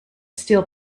steel